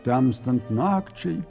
temstant nakčiai